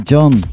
John